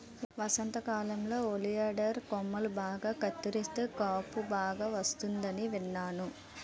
వసంతకాలంలో ఒలియండర్ కొమ్మలు బాగా కత్తిరిస్తే కాపు బాగా వస్తుందని విన్నాను